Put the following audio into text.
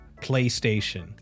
PlayStation